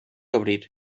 obrir